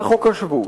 וחוק השבות,